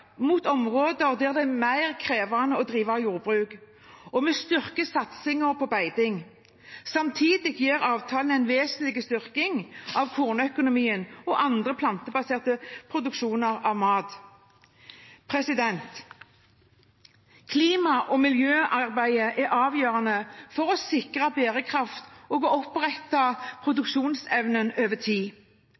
mot områder der det er mer krevende å drive jordbruk, og vi styrker satsingen på beiting. Samtidig gir avtalen en vesentlig styrking av kornøkonomien og andre plantebaserte produksjoner av mat. Klima- og miljøarbeidet er avgjørende for å sikre bærekraft og for å opprettholde produksjonsevnen over tid.